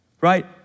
right